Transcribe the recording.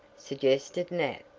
suggested nat,